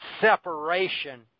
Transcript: separation